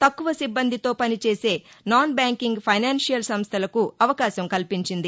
తక్కువ సిబ్బందితో పనిచేసే నాన్ బ్యాకింగ్ ఫైనాన్టియల్ సంస్థలకు అవకాశం కల్పించింది